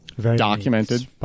documented